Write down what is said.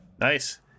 Nice